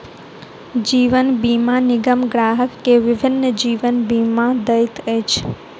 जीवन बीमा निगम ग्राहक के विभिन्न जीवन बीमा दैत अछि